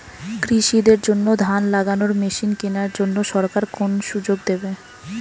কৃষি দের জন্য ধান লাগানোর মেশিন কেনার জন্য সরকার কোন সুযোগ দেবে?